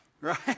Right